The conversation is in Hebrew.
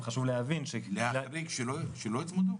להחריג שלא יוצמדו?